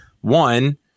one